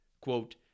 quote